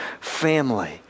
family